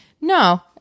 No